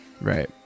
right